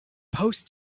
post